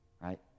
right